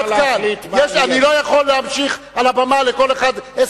אני לא יכול לתת לכל אחד שעל הבמה עוד